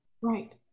Right